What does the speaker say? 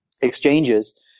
exchanges